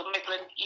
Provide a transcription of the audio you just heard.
Midland